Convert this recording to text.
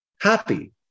Happy